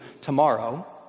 tomorrow